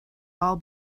all